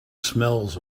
smells